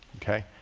okay.